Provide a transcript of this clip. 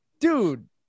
Dude